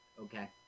okay